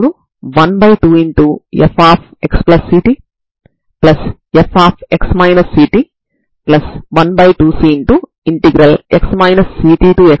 నేను నిజానికి domain a నుండి b వరకు ఉన్న ఈ సమస్యను సాధారణంగా వ్రాసాను కాబట్టి మనం నిజానికి a నుండి b వరకు ఉన్న పరిమిత స్ట్రింగ్ ని కోరుకుంటున్నాము